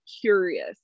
curious